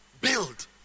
Build